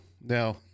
Now